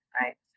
right